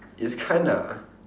it's kinda